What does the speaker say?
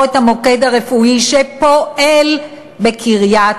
את המוקד הרפואי שפועל בקריית-שמונה,